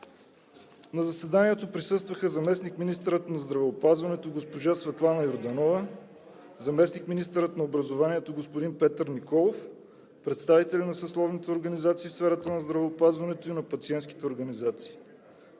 На заседанието присъстваха: заместник-министърът на здравеопазването госпожа Светлана Йорданова, заместник министърът на образованието господин Петър Николов, представители на съсловните организации в сферата на здравеопазването и на пациентските организации.